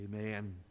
Amen